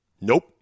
Nope